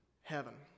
heaven